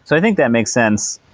so i think that makes sense.